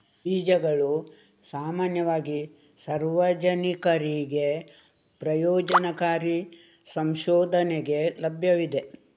ಬೀಜಗಳು ಸಾಮಾನ್ಯವಾಗಿ ಸಾರ್ವಜನಿಕರಿಗೆ ಪ್ರಯೋಜನಕಾರಿ ಸಂಶೋಧನೆಗೆ ಲಭ್ಯವಿವೆ